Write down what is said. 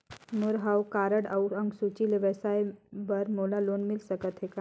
मोर हव कारड अउ अंक सूची ले व्यवसाय बर मोला लोन मिल सकत हे का?